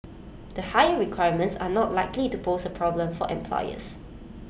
the higher requirements are not likely to pose A problem for employers